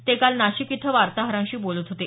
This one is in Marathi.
ते काल नाशिक इथं वार्ताहरांशी बोलत होते